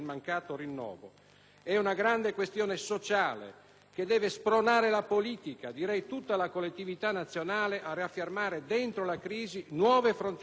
È una grande questione sociale, che deve spronare la politica, direi tutta la collettività nazionale, a riaffermare dentro la crisi nuove frontiere di solidarietà.